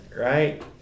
right